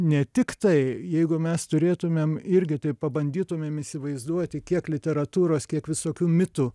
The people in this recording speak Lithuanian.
ne tik tai jeigu mes turėtumėm irgi taip pabandytumėm įsivaizduoti kiek literatūros kiek visokių mitų